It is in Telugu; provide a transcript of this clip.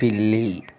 పిల్లి